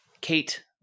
Kate